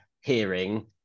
hearing